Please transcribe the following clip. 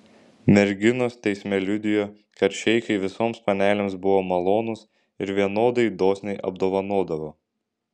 merginos teisme liudijo kad šeichai visoms panelėms buvo malonūs ir vienodai dosniai apdovanodavo